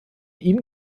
ihm